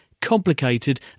complicated